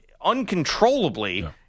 uncontrollably